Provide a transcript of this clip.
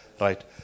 Right